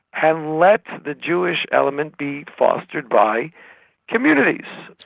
and lets the jewish element be fostered by communities,